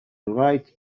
right